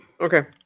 Okay